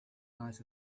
eyes